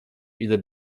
ile